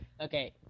Okay